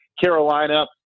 Carolina